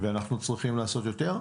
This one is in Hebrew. ואנחנו צריכים לעשות יותר.